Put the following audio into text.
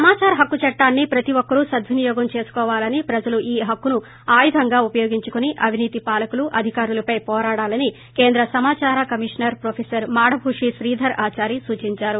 సమాచార హక్కు చట్లాన్ని ప్రతి ఒక్కరూ సద్వినియోగం చేసుకోవాలని ప్రజలు ఈ హక్కును ఆయుధంగా ఉపయోగించుకోని అవినీతి పాలకులు ఆధికారులపై పోరాడాలని కేంద్ర సమాదార కమిషనర్ ప్రొఫెసర్ మాడభూషి శ్రీధర్ ఆదారి సూచించారు